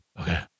Okay